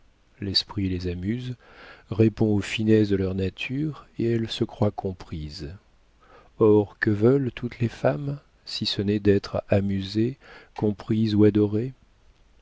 l'esprit les amuse répond aux finesses de leur nature et elles se croient comprises or que veulent toutes les femmes si ce n'est d'être amusées comprises ou adorées